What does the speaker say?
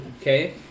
Okay